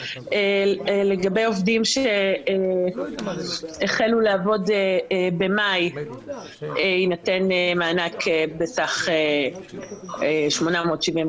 לגבי עובדים שהחלו לעבוד במאי יינתן מענק בסך 875